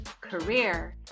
career